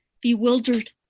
bewildered